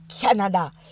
Canada